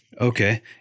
Okay